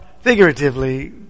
figuratively